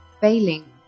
failing